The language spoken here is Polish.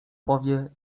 powie